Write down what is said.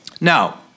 Now